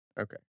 Okay